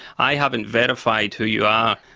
i haven't verified who you are,